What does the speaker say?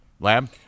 Lab